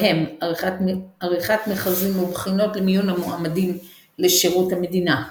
בהם עריכת מכרזים ובחינות למיון המועמדים לשירות המדינה.